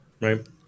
right